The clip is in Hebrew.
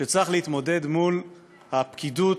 שצריך להתמודד מול הפקידות